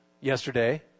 yesterday